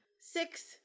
Six